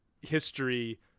history